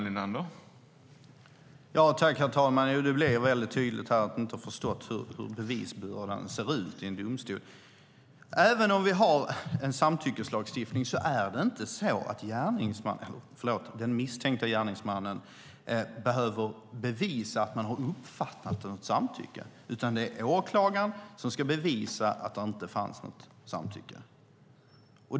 Herr talman! Det blev tydligt att Agneta Börjesson inte har förstått hur bevisbördan ser ut i en domstol. Även om vi har en samtyckeslagstiftning behöver den misstänkte gärningsmannen inte bevisa att han har uppfattat ett samtycke. Det är åklagaren som ska bevisa att det inte fanns samtycke.